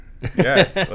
yes